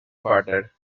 farther